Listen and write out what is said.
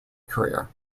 career